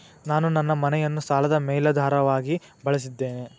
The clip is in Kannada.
ನಾನು ನನ್ನ ಮನೆಯನ್ನು ಸಾಲದ ಮೇಲಾಧಾರವಾಗಿ ಬಳಸಿದ್ದೇನೆ